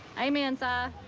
amen, si. ah